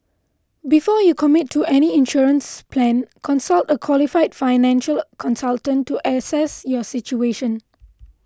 before you commit to any insurance plan consult a qualified financial consultant to assess your situation